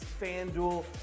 FanDuel